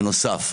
בנוסף,